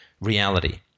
reality